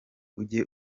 ujye